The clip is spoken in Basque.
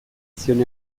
zion